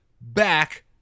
back